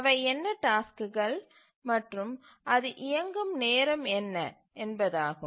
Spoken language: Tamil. அவை என்ன டாஸ்க்குகள் மற்றும் அது இயங்கும் நேரம் என்ன என்பதாகும்